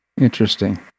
Interesting